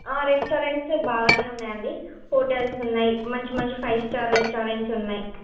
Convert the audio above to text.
restaurants బాగానే ఉన్నాయండి hotels ఉన్నాయి మంచి మంచి ఫైవ్ స్టార్ రెస్టారెంట్స్ ఉన్నాయి